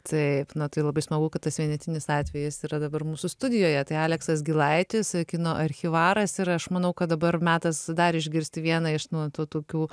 taip na tai labai smagu kad tas vienetinis atvejis yra dabar mūsų studijoje tai aleksas gilaitis kino archyvaras ir aš manau kad dabar metas dar išgirsti vieną iš nu tų tokių